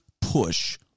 push